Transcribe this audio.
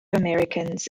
americans